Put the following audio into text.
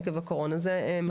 עקב הקורונה, זה מחקר.